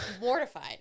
mortified